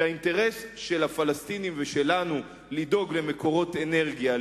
והאינטרס של הפלסטינים ושלנו לדאוג למקורות אנרגיה,